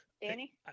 Danny